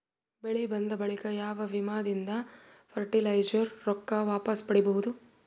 ಬೆಳಿ ಬಂದ ಬಳಿಕ ಯಾವ ವಿಮಾ ದಿಂದ ಫರಟಿಲೈಜರ ರೊಕ್ಕ ವಾಪಸ್ ಪಡಿಬಹುದು?